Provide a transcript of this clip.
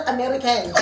American